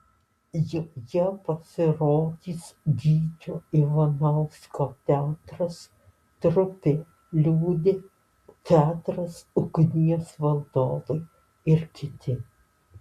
joje pasirodys gyčio ivanausko teatras trupė liūdi teatras ugnies valdovai ir kiti